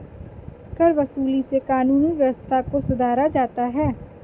करवसूली से कानूनी व्यवस्था को सुधारा जाता है